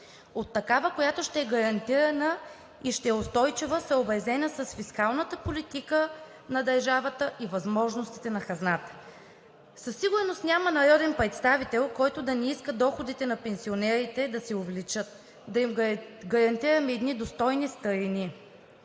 – такава, която ще е гарантирана и устойчива, съобразена с фискалната политика на държавата и възможностите на хазната. Със сигурност няма народен представител, който да не иска доходите на пенсионерите да се увеличат, да им гарантираме едни достойни старини,